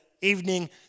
evening